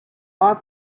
are